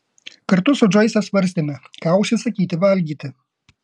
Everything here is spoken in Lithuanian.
kartu su džoise svarstėme ką užsisakyti valgyti